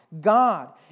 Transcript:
God